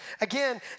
Again